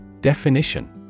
Definition